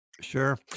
sure